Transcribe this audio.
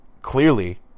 clearly